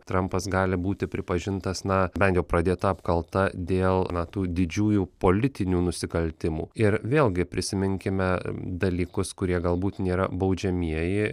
trampas gali būti pripažintas na bent jau pradėta apkalta dėl na tų didžiųjų politinių nusikaltimų ir vėlgi prisiminkime dalykus kurie galbūt nėra baudžiamieji